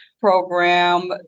program